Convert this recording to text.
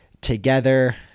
together